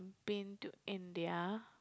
been to India